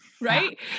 right